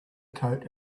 coat